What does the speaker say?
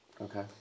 Okay